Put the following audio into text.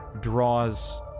draws